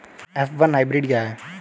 F one hybrid क्या है?